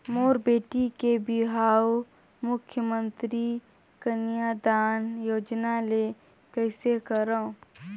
मोर बेटी के बिहाव मुख्यमंतरी कन्यादान योजना ले कइसे करव?